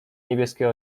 niebieskie